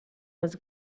was